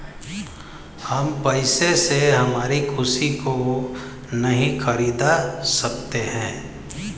हम पैसे से हमारी खुशी को नहीं खरीदा सकते है